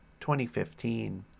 2015